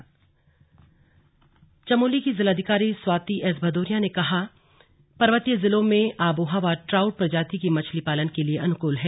slug trout fish Chamoli की जिलाधिकारी Swati S Bhadauria ने कहा पर्वतीय जिलों में आबोहवा ट्राउट प्रजाति की मछली पालन के लिए अनुकूल है